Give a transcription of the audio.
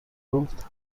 گفت